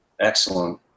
Excellent